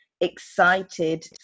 excited